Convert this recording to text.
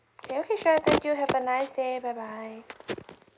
okay okay sure thank you have a nice day bye bye